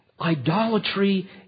Idolatry